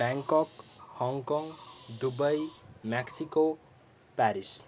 Bangkok Hong Kong Dubai Mexico Paris